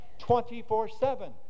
24-7